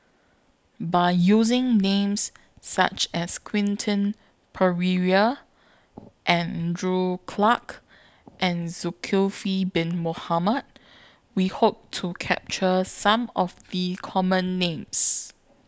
By using Names such as Quentin Pereira Andrew Clarke and Zulkifli Bin Mohamed We Hope to capture Some of The Common Names